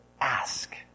ask